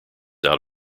out